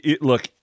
look